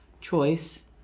choice